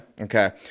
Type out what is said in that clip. Okay